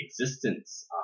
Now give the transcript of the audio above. existence